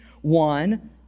one